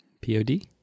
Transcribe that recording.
P-O-D